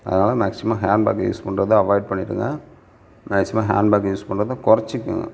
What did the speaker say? அதனால் மேக்ஸிமம் ஹேண்ட்பேக்கை யூஸ் பண்றதை அவாய்ட் பண்ணிடுங்க மேக்ஸிமம் ஹேண்ட்பேக் யூஸ் பண்றதை குறச்சிக்குங்க